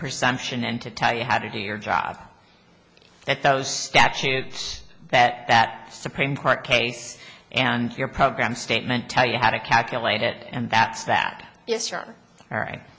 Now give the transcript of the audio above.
perception and to tell you how to do your job that those statutes that that supreme court case and your program statement tell you how to calculate it and that's that yes you are right